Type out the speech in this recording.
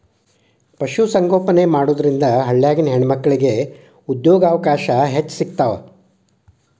ಪಶು ಸಂಗೋಪನೆ ಮಾಡೋದ್ರಿಂದ ಹಳ್ಳ್ಯಾಗಿನ ಹೆಣ್ಣಮಕ್ಕಳಿಗೆ ಉದ್ಯೋಗಾವಕಾಶ ಹೆಚ್ಚ್ ಸಿಗ್ತಾವ